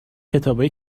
کتابای